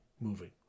moving